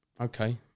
okay